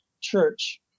church